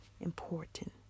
important